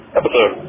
episode